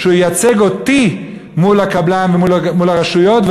שהוא ייצג אותי מול הקבלן ומול הרשויות,